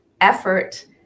effort